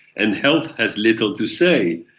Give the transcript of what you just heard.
and health has little to say.